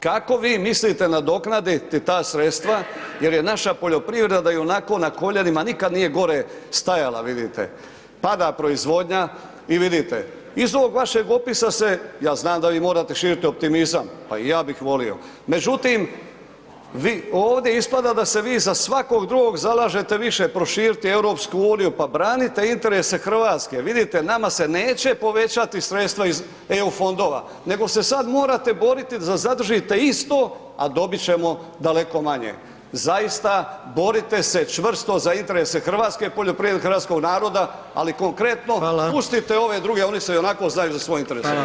Kako vi mislite nadoknaditi ta sredstva jer je naša poljoprivreda ionako na koljenima, nikad nije gore stajala vidite, pada proizvodnja i vidite iz ovog vašeg opisa se, ja znam da vi morate širit optimizam, pa i ja bih volio, međutim ovdje ispada da se vi za svakog drugog zalažete više proširiti EU, pa branite interese RH, vidite nama se neće povećati sredstva iz EU fondova, nego se sad morate boriti da zadržite isto, a dobit ćemo daleko manje, zaista borite se čvrsto za interese hrvatske poljoprivrede, hrvatskog naroda, ali konkretno [[Upadica: Hvala]] pustite ove druge, oni se ionako znaju za svoj interes